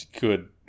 good